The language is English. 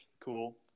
cool